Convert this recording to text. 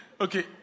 Okay